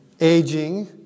Aging